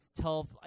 tell